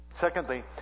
Secondly